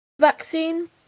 vaccine